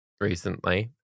recently